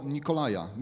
Nikolaja